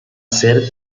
ser